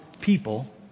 people